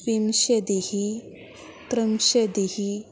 विंशतिः त्रिंशत्